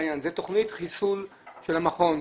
זאת תכנית חיסול של המכון.